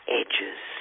edges